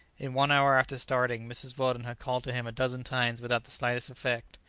in one hour after starting mrs. weldon had called to him a dozen times without the slightest effect.